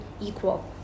equal